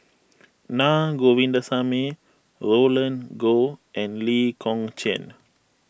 Naa Govindasamy Roland Goh and Lee Kong Chian